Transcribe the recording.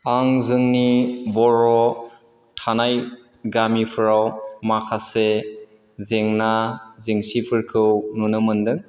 आं जोंनि बर' थानाय गामिफोराव माखासे जेंना जेंसिफोरखौ नुनो मोनदों